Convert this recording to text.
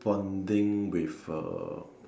bonding with uh